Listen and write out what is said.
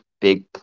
big